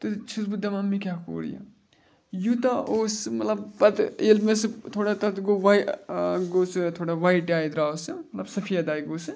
تہٕ چھَس بہٕ دَپان مےٚ کیاہ کوٚر یہِ یوٗتاہ اوس مطلب پَتہٕ ییٚلہِ مےٚ سُہ تھوڑا تَتھ گوٚو وا گوٚو سُہ تھوڑا وایٹ آیہِ درٛاو سُہ مطلب سفید آیہِ گوٚو سُہ